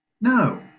no